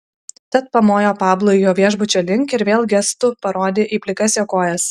tad pamojo pablui jo viešbučio link ir vėl gestu parodė į plikas jo kojas